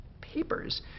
papers